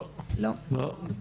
לא, לא.